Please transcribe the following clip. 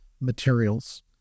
Materials